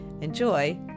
Enjoy